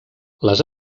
les